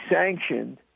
sanctioned